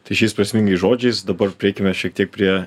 tai šiais prasmingais žodžiais dabar prieikime šiek tiek prie